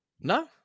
No